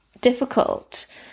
difficult